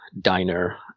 diner